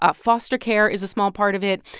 ah foster care is a small part of it.